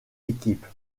équipe